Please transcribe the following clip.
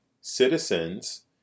citizens